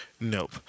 Nope